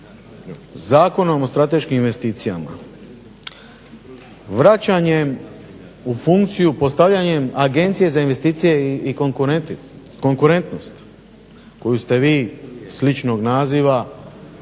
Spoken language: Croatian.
Zakonom o strateškim investicijama, vraćanjem u funkciju, postavljanjem Agencije za investicije i konkurentnost koju ste vi sličnog naziva